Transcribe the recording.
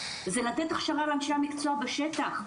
זה לתת הכשרה לאנשי המקצוע בשטח,